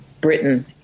Britain